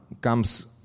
comes